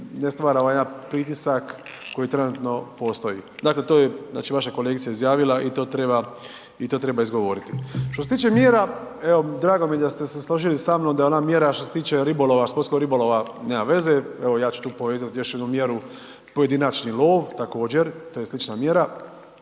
ne stvara ovaj jedan pritisak koji trenutno postoji. Dakle, to je znači vaša kolegica izjavila i to treba i to treba izgovoriti. Što se tiče mjera, evo drago mi je da ste se složili sa mnom da je ona mjera što se tiče ribolova, sportskog ribolova, nema veze, evo ja ću tu povezat još jednu mjeru, pojedinačni lov također, to je slična mjera